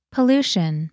Pollution